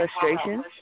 frustration